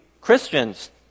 Christians